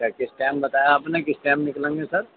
کس ٹائم بتایا آپ نے کس ٹائم نکلیں گے سر